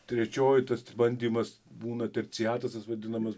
trečioji tas bandymas būna terciatas tas vadinamas